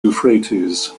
euphrates